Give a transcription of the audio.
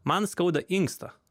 man skauda inkstą